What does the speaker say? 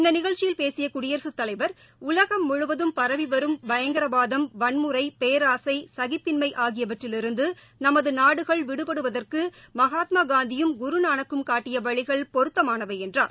இந்த நிகழ்ச்சியில் பேசிய குடியரசுத் தலைவர் உலகம் முழுவதும் பரவி வரும் பயங்கரவாதம் வன்முறை பேராசை சகிப்பின்மை ஆகியவற்றிலிருந்து நமது நாடுகள் விடுபடுவதற்கு மகாத்மா காந்தியும் குரு நானக்கும் காட்டிய வழிகள் பொருத்தமானவை என்றார்